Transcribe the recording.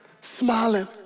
smiling